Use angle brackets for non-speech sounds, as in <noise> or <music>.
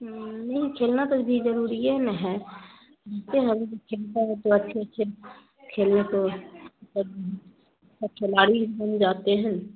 نہیں کھیلنا تو بھی ضروری نہ ہے <unintelligible> کھیلتا ہے تو اچھے اچھے کھیلے تو <unintelligible> کھلاڑی بن جاتے ہیں